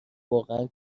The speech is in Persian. واقعا